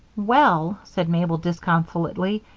well, said mabel, disconsolately,